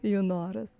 jų noras